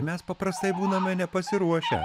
mes paprastai būname nepasiruošę